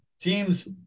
Teams